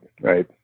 right